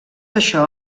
això